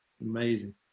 Amazing